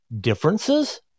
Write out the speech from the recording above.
differences